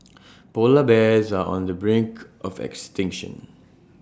Polar Bears are on the brink of extinction